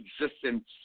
existence